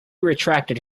retracted